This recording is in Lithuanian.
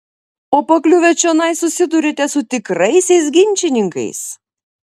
o pakliuvę čionai susiduriate su tikraisiais ginčininkais